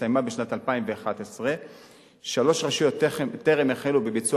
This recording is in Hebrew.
שהסתיימה בשנת 2011. שלוש רשויות טרם החלו בביצוע